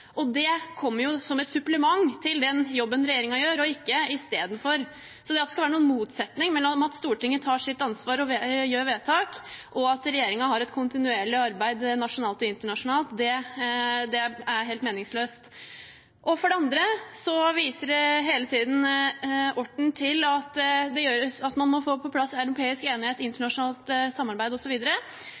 Det kommer som et supplement til den jobben regjeringen gjør, ikke i stedet for. At det skal være noen motsetning mellom at Stortinget tar sitt ansvar og gjør vedtak, og at regjeringen har et kontinuerlig arbeid nasjonalt og internasjonalt, er helt meningsløst. For det andre viser Orten hele tiden til at man må få på plass europeisk enighet, internasjonalt samarbeid,